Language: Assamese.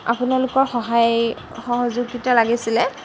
আপোনালোকৰ সহায় সহযোগিতা লাগিছিলে